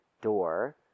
door